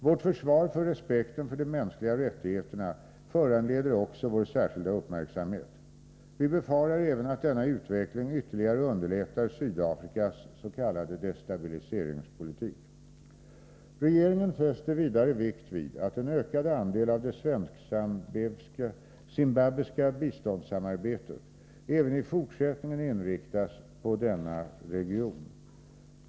Vårt försvar för respekten för de mänskliga rättigheterna föranleder också vår särskilda uppmärksamhet. Vi befarar även att denna utveckling ytterligare underlättar Sydafrikas s.k. destabiliseringspolitik. Regeringen fäster vidare vikt vid att en ökad andel av det svenskzimbabwiska biståndssamarbetet även i fortsättningen inriktas på denna region.